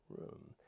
room